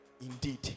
Indeed